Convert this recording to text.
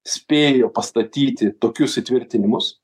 spėjo pastatyti tokius įtvirtinimus